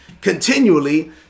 continually